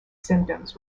symptoms